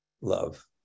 love